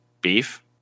beef